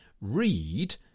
read